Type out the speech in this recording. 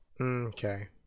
Okay